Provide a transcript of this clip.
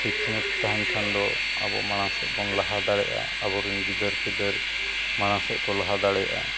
ᱥᱤᱠᱷᱱᱟᱹᱛ ᱛᱟᱦᱮᱱ ᱠᱷᱟᱱ ᱫᱚ ᱟᱵᱚ ᱢᱟᱲᱟᱝᱥᱮᱫ ᱵᱚᱱ ᱞᱟᱦᱟ ᱫᱟᱲᱮᱭᱟᱜᱼᱟ ᱟᱵᱚᱨᱮᱱ ᱜᱤᱫᱟᱹᱨ ᱯᱤᱫᱟᱹᱨ ᱢᱟᱲᱟᱝ ᱥᱮᱫ ᱠᱚ ᱞᱟᱦᱟ ᱫᱟᱲᱮᱭᱟᱜᱼᱟ